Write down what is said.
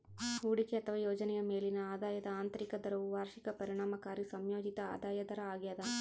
ಹೂಡಿಕೆ ಅಥವಾ ಯೋಜನೆಯ ಮೇಲಿನ ಆದಾಯದ ಆಂತರಿಕ ದರವು ವಾರ್ಷಿಕ ಪರಿಣಾಮಕಾರಿ ಸಂಯೋಜಿತ ಆದಾಯ ದರ ಆಗ್ಯದ